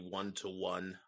one-to-one